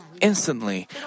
instantly